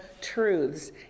truths